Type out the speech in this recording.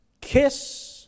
Kiss